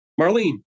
Marlene